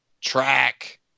track